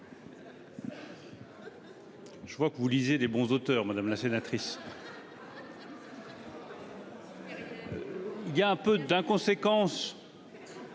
Je vois que vous lisez des bons auteurs madame la sénatrice. Il y a un peu d'inconséquences.